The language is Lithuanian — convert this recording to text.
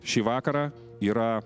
šį vakarą yra